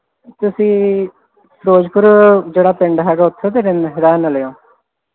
ਤੁਸੀਂ ਫਿਰੋਜ਼ਪੁਰ ਜਿਹੜਾ ਪਿੰਡ ਹੈਗਾ ਉੱਥੇ ਦੇ ਰਹਿੰਦੇ ਰਹਿਣ ਵਾਲੇ ਹੋ